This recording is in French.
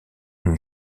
une